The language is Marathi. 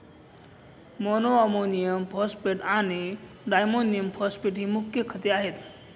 मोनोअमोनियम फॉस्फेट आणि डायमोनियम फॉस्फेट ही मुख्य खते आहेत